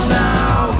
now